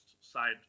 side